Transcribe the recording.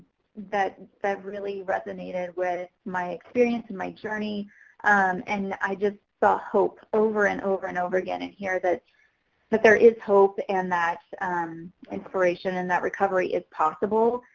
that that really resonated with my experience and my journey and i just saw hope over and over and over again in here that that there is hope and that inspiration and that recovery is possible.